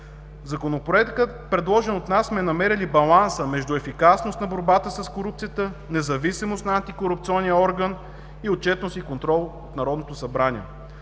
В Законопроекта, предложен от нас, сме намерили баланса между ефикасност на борбата с корупцията, независимост на антикорупционния орган, отчетност и контрол от Народното събрание.